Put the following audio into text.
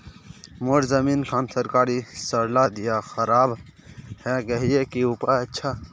मोर जमीन खान सरकारी सरला दीया खराब है गहिये की उपाय अच्छा?